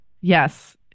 Yes